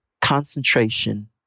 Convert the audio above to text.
concentration